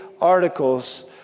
articles